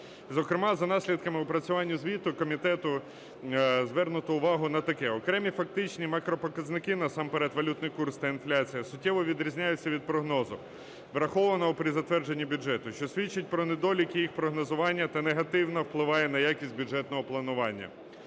Зокрема, за наслідками опрацювання звіту комітету звернуто увагу на таке: окремі фактичні макропоказники, насамперед валютний курс та інфляція, суттєво відрізняються від прогнозу, врахованого при затвердженні бюджету, що свідчить про недоліки їх прогнозування та негативно впливає на якість бюджетного планування.